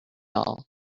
all